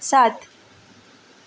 सात